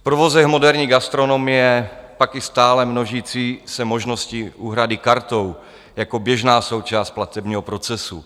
V provozech moderní gastronomie pak i stále množící se možnosti úhrady kartou jako běžná součást platebního procesu.